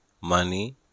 money